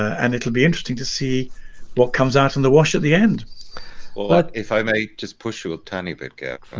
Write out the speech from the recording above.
and it'll be interesting to see what comes out in the wash at the end well what if i may just push you a tiny bit, gavin, and